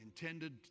intended